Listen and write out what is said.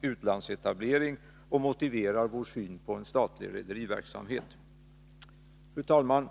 utlandsetablering och motiverar vår syn på en statlig rederiverksamhet. Fru talman!